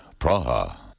Praha